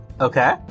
Okay